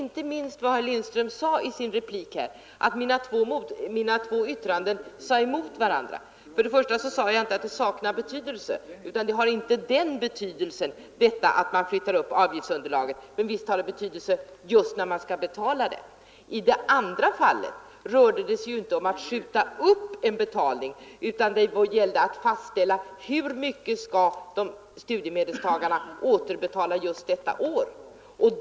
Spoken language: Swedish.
Herr Lindström sade i sin replik att mina två yttranden talade emot varandra. Men jag sade inte att uppflyttningen av avgiftsunderlaget saknar betydelse, utan jag sade att det inte har den betydelse som det gjorts gällande. Men visst har det betydelse just när man skall betala. I det andra fallet rörde det sig inte om att skjuta upp en betalning, utan det gällde att fastställa hur mycket studiemedelstagarna skall återbetala just ett visst år.